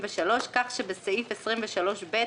כך שבסעיף 23(ב),